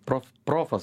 prof profas